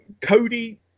Cody